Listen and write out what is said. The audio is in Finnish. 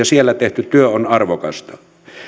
siellä tehty työ on arvokasta